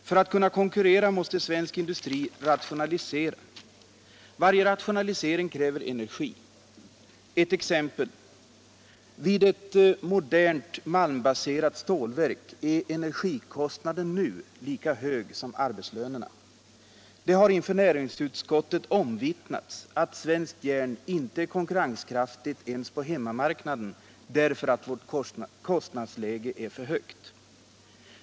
För att kunna konkurrera måste svensk industri rationalisera, och varje rationalisering kräver energi. Som exempel vill jag nämna ett modernt malmbaserat stålverk där energikostnaderna nu är lika höga som arbetslönerna. Det har inför näringsutskottet omvittnats att svenskt järn inte ens på hemmamarknaden är konkurrenskraftigt därför att vårt kostnadsläge är för högt.